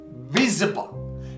visible